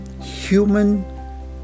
human